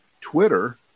twitter